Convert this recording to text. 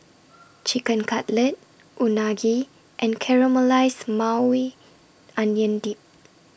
Chicken Cutlet Unagi and Caramelized Maui Onion Dip